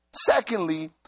Secondly